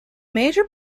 major